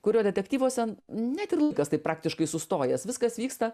kurio detektyvuose net ir laikas taip praktiškai sustojęs viskas vyksta